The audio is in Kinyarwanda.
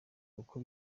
uko